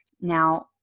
Now